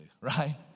right